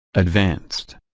advanced